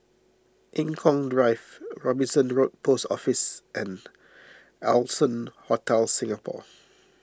Eng Kong Drive Robinson Road Post Office and Allson Hotel Singapore